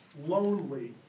lonely